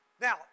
Now